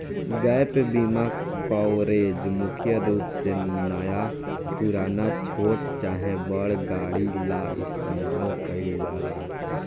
gap बीमा coverage मुख्य रूप से नया पुरान, छोट चाहे बड़ गाड़ी ला इस्तमाल कईल जाला